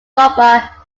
lubbock